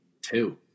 Two